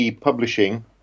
publishing